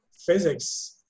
physics